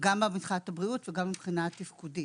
גם מבחינת הבריאות וגם מבחינה תפקודית.